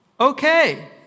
okay